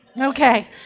Okay